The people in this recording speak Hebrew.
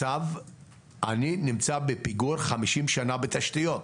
אני נמצא בפיגור של חמישים שנה בתשתיות.